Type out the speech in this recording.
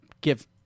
give